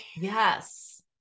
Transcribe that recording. Yes